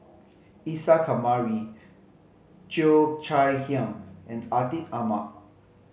Isa Kamari Cheo Chai Hiang and Atin Amat